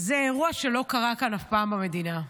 זה אירוע שלא קרה כאן אף פעם במדינה.